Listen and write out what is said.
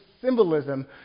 symbolism